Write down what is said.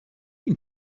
این